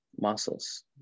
muscles